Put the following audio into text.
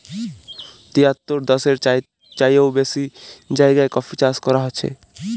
তিয়াত্তর দ্যাশের চাইয়েও বেশি জায়গায় কফি চাষ ক্যরা হছে